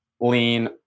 lean